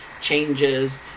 changes